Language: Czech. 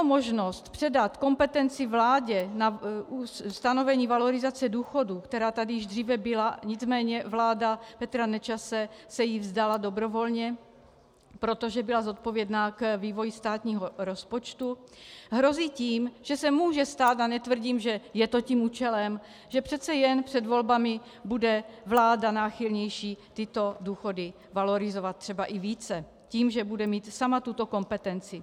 Možnost předat kompetenci vládě na stanovení valorizace důchodů, která tady již dříve byla, nicméně vláda Petra Nečase se jí vzdala dobrovolně, protože byla zodpovědná k vývoji státního rozpočtu, hrozí tím, že se může stát, a netvrdím, že je to tím účelem, že přeci jen před volbami bude vláda náchylnější tyto důchody valorizovat třeba i více tím, že bude mít sama tuto kompetenci.